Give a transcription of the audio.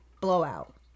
blowout